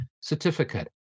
certificate